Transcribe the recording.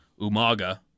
Umaga